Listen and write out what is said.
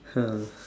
uh